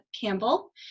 Campbell